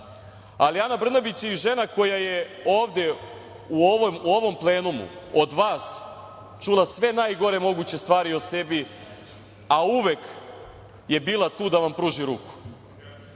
Ana Brnabić je i žena koja je ovde u ovom plenumu od vas čula sve najgore moguće stvari o sebi, a uvek je bila tu da vam pruži ruku